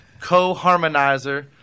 co-harmonizer